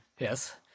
Yes